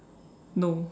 no